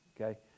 okay